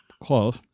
Close